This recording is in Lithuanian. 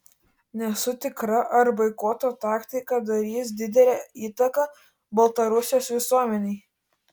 nesu tikra ar boikoto taktika darys didelę įtaką baltarusijos visuomenei